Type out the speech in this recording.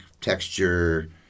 texture